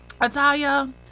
Atalia